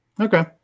Okay